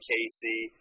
Casey